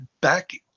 Back